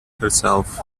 herself